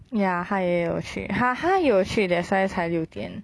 ya 他也有去他他也有去 that's why 才六点